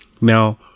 Now